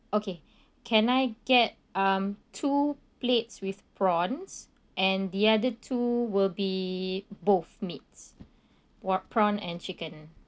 okay can I get um two plates with prawns and the other two will be both meats what prawn and chicken